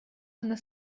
она